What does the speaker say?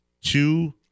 two